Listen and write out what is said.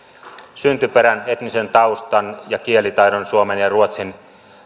syntyperän etnisen taustan ja kielitaidon suomen ja ruotsin